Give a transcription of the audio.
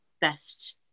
best